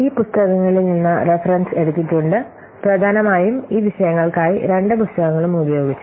ഈ പുസ്തകങ്ങളിൽ നിന്ന് റെഫറൻസ് എടുത്തിട്ടുണ്ട് പ്രധാനമായും ഈ വിഷയങ്ങൾക്കായി രണ്ട് പുസ്തകങ്ങളും ഉപയോഗിച്ചു